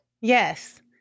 Yes